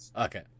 Okay